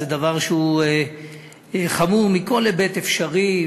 זה דבר שהוא חמור מכל היבט אפשרי.